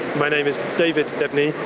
my name is david debney,